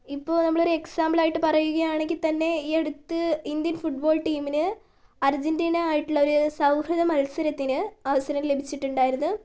ഇപ്പൊൾ നമ്മളൊരു എക്സാമ്പിൾ ആയിട്ട് പറയുകയാണെങ്കിൽ തന്നെ ഈ അടുത്ത് ഇന്ത്യൻ ഫുട്ബോള് ടീമിന് അർജെന്റീന ആയിട്ടുള്ള ഒരു സൗഹൃദ മത്സരത്തിന് അവസരം ലഭിച്ചിട്ടുണ്ടായിരുന്നു